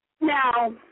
Now